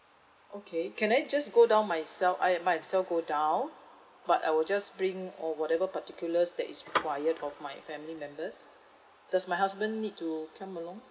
okay can I just go down myself I and myself go down but I will just bring or whatever particulars that is required of my family members does my husband need to come along